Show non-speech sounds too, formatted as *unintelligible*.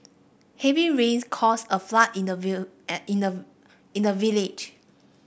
heavy rains caused a flood in the *unintelligible* in the in the village